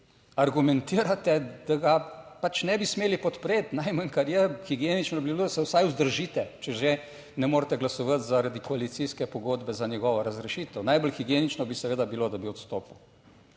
argumentirate, da ga pač ne bi smeli podpreti, najmanj kar je, higienično bi bilo, da se vsaj vzdržite, če že ne morete glasovati zaradi koalicijske pogodbe za njegovo razrešitev. Najbolj higienično bi seveda bilo, da bi odstopil.